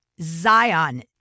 Zion